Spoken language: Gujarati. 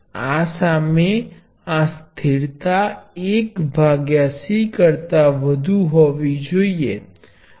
જો તમે અવરોધ નો ઉપયોગ કરવાની તૈયારી કરો છો તો અસરકારક અવરોધ એ ઇફેક્ટિવ અવરોધ ના રેસિપ્રોકલ દ્વારા આપવામાં આવે છે